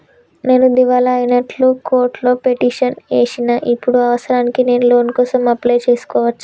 నేను దివాలా అయినట్లు కోర్టులో పిటిషన్ ఏశిన ఇప్పుడు అవసరానికి నేను లోన్ కోసం అప్లయ్ చేస్కోవచ్చా?